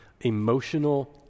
emotional